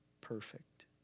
perfect